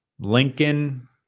Lincoln